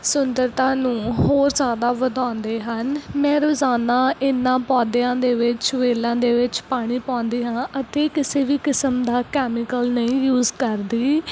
ਸੁੰਦਰਤਾ ਨੂੰ ਹੋਰ ਜ਼ਿਆਦਾ ਵਧਾਉਂਦੇ ਹਨ ਮੈਂ ਰੋਜ਼ਾਨਾ ਇਹਨਾਂ ਪੌਦਿਆਂ ਦੇ ਵਿੱਚ ਵੇਲਾਂ ਦੇ ਵਿੱਚ ਪਾਣੀ ਪਾਉਂਦੀ ਹਾਂ ਅਤੇ ਕਿਸੇ ਵੀ ਕਿਸਮ ਦਾ ਕੈਮੀਕਲ ਨਹੀਂ ਯੂਸ ਕਰਦੀ